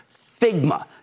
Figma